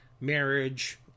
marriage